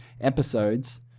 episodes